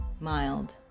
mild